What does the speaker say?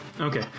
okay